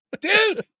Dude